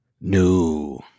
No